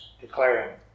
declaring